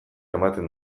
ematen